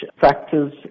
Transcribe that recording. factors